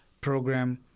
program